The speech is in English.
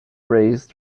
raised